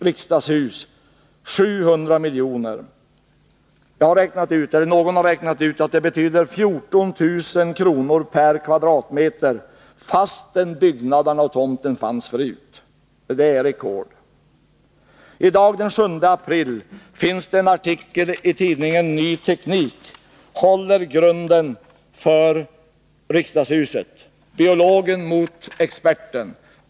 riksdagshus 700 000 000.” Någon har räknat ut att det betyder 14 000 kr. per m?, fastän byggnaderna och tomten fanns förut. Det bör vara rekord. I dag den 7 april finns en artikel i tidningen Ny teknik, vari frågas: ”Håller grunden för riksdagshuset? Biologen mot experten.